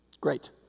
Great